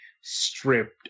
stripped